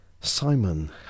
Simon